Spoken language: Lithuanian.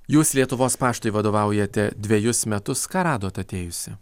jūs lietuvos paštui vadovaujate dvejus metus ką radot atėjusi